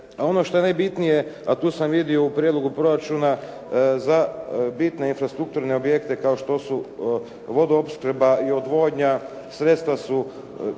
ono što je najbitnije, a tu sam vidio u prijedlogu proračuna, za bitne infrastrukturne objekte kao što su vodoopskrba i odvodnja, sredstva su